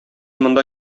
монда